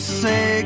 say